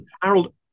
Harold